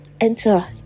enter